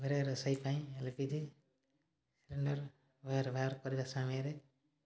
ଘରେ ରୋଷେଇ ପାଇଁ ଏଲ୍ପିଜି ସିଲିଣ୍ଡର୍ ବ୍ୟବହାର କରିବା ସମୟରେ